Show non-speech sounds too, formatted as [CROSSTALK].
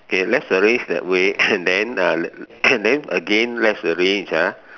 okay let's arrange that way [COUGHS] and then uh [COUGHS] and then again let's arrange ah